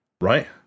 right